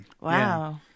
Wow